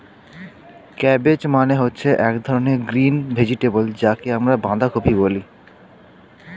cabbage মানে হচ্ছে এক ধরনের গ্রিন ভেজিটেবল যাকে আমরা বাঁধাকপি বলি